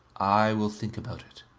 i will think about it.